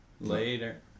Later